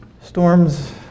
Storms